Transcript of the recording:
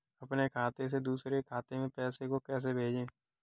अपने खाते से दूसरे के खाते में पैसे को कैसे भेजे?